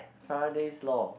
Faraday's law